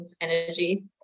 energy